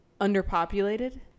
underpopulated